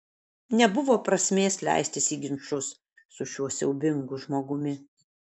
nebuvo prasmės leistis į ginčus su šiuo siaubingu žmogumi